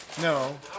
No